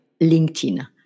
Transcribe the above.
LinkedIn